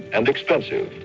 and expensive,